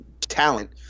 talent